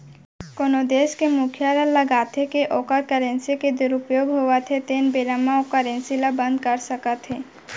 कोनो देस के मुखिया ल लागथे के ओखर करेंसी के दुरूपयोग होवत हे तेन बेरा म ओ करेंसी ल बंद कर सकत हे